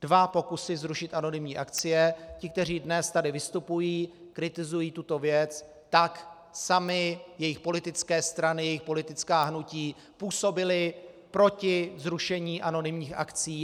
Dva pokusy zrušit anonymní akcie, ti, kteří tady dnes vystupují, kritizují tuto věc, tak sami, jejich politické strany, jejich politická hnutí, působili proti zrušení anonymních akcií.